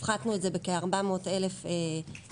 הפחתנו את זה בכ-400,000 אזרחים,